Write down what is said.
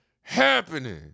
happening